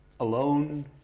Alone